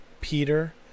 Peter